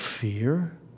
fear